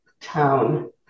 town